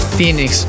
Phoenix